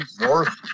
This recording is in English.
worth